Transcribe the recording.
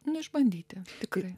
neišbandyti tikrai